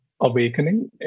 Awakening